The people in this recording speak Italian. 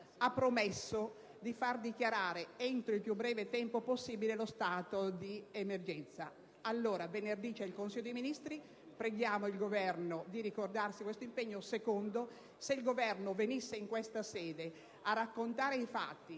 ha promesso di far dichiarare, entro il più breve tempo possibile, lo stato di emergenza. Ebbene, venerdì si riunirà il Consiglio dei ministri: preghiamo il Governo di ricordarsi questo impegno. In secondo luogo, se il Governo venisse in questa sede a raccontare i fatti